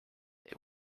they